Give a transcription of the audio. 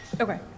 Okay